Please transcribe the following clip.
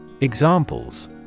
Examples